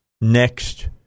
next